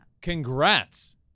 congrats